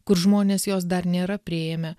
kur žmonės jos dar nėra priėmę